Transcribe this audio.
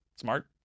smart